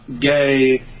gay